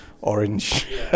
orange